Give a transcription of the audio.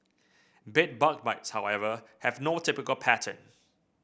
bed bug bites however have no typical pattern